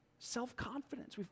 self-confidence